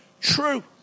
true